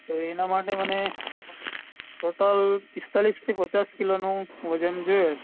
તો એના માટે મને ટોટલ પિસ્તાલીસથી પચાસ કિલોનું વજન જોઈએ